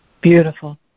Beautiful